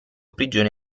prigione